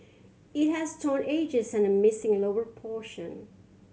it has torn edges and a missing lower portion